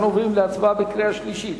אנחנו עוברים להצבעה בקריאה שלישית.